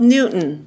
Newton